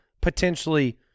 potentially